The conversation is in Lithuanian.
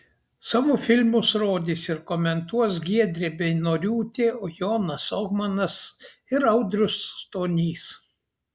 savo filmus rodys ir komentuos giedrė beinoriūtė jonas ohmanas ir audrius stonys